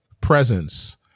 presence